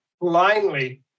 blindly